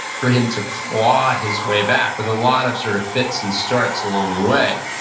for him to claw his way back, with a lot of sort of fits and starts along the way.